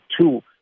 two